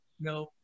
No